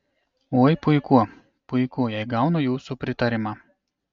oi puiku puiku jei gaunu jūsų pritarimą